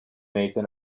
nathan